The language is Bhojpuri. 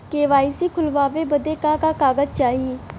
के.वाइ.सी खोलवावे बदे का का कागज चाही?